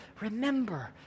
remember